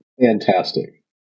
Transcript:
Fantastic